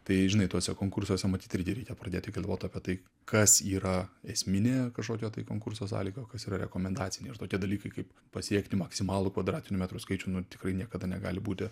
tai žinai tuose konkursuose matyt irgi reikia pradėti galvot apie tai kas yra esminė kažkokio tai konkurso sąlyga o kas yra rekomendaciniai ir tokie dalykai kaip pasiekti maksimalų kvadratinių metrų skaičių nu tikrai niekada negali būti